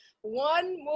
One